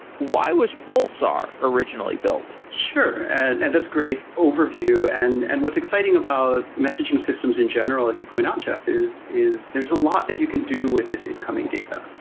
why was pulsar originally built? sure and and that's great overview. and and what's exciting about messaging systems in general as you point out jeff, is is there's a lot that you can do with this incoming data.